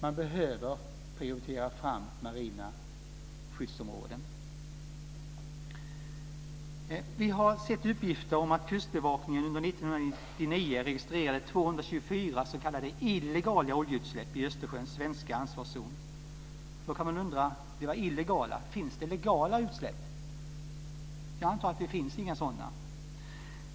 Man behöver prioritera marina skyddsområden. Vi har sett uppgifter om att kustbevakningen under 1999 registrerade 224 s.k. illegala oljeutsläpp i Östersjöns svenska ansvarszon. Då kan man undra: Finns det legala utsläpp? Jag antar att sådana inte finns.